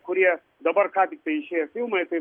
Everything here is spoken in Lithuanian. kurie dabar ką tik tai išėję filmai tai